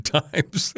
times